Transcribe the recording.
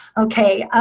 ok.